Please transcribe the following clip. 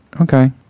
okay